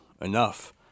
enough